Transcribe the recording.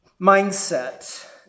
mindset